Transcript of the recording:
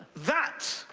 that,